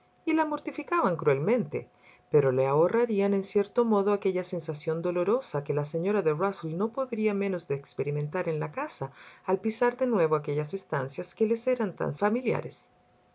y la mortificaban cruelmente pero le ahorrarían en cierto modo aquella sensación dolorosa que la señora de rusell no podría menos de experimentar en la casa al pisar de nuevo aquellas estancias que les eran tan familiares